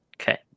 okay